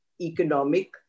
economic